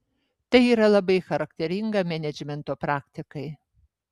tai yra labai charakteringa menedžmento praktikai